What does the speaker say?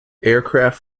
aircraft